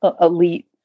elite